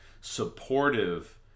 supportive